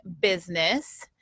business